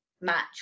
match